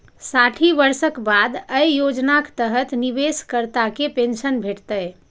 साठि वर्षक बाद अय योजनाक तहत निवेशकर्ता कें पेंशन भेटतै